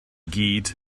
gyd